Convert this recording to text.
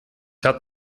hat